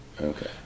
Okay